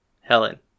Helen